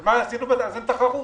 אז אין תחרות.